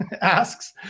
asks